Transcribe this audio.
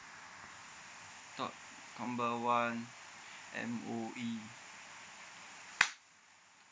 call number one M_O_E